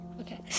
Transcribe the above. okay